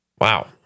Wow